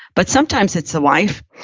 but sometimes it's the wife,